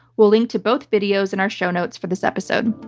we'll link to both videos in our show notes for this episode.